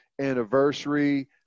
anniversary